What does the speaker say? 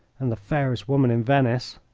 and the fairest woman in venice,